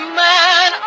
man